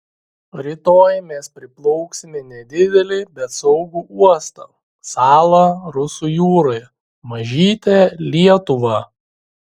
rytoj mes priplauksime nedidelį bet saugų uostą salą rusų jūroje mažytę lietuvą